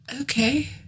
okay